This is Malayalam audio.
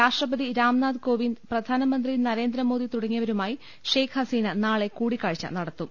രാഷ്ട്രപതി രാംനാഥ് കോവിന്ദ് പ്രധാനമന്ത്രി നരേന്ദ്രമോദി തുടങ്ങിയവരുമായി ഷെയക്ക് ഹസീന നാളെ കൂടി ക്കാഴ്ച നടത്തും